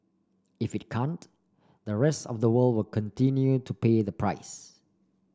if it can't the rest of the world will continue to pay the price